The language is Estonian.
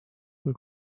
kui